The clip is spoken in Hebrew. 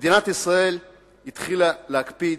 מדינת ישראל התחילה להקפיד